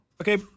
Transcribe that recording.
Okay